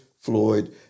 Floyd